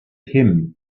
him